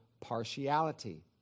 Partiality